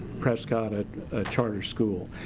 prescott a charter school.